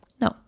No